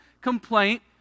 complaint